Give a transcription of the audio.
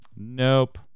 Nope